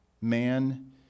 man